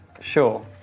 Sure